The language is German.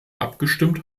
abgestimmt